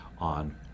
on